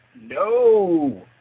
No